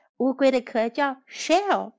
乌龟的壳叫shell